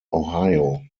ohio